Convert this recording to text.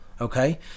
Okay